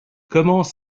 commence